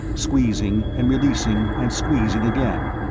squeezing and releasing and squeezing again.